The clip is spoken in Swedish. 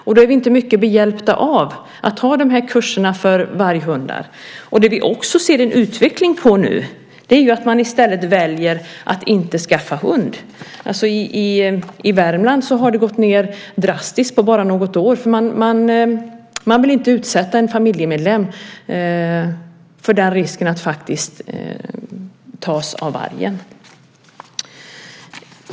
Då är vi inte behjälpta av att ha kurser för jakthundar. Vi ser också en utveckling mot att välja att inte skaffa hund. I Värmland har antalet sjunkit drastiskt på bara något år. Man vill inte utsätta en familjemedlem för risken att tas av vargen.